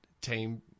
Team